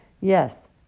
Yes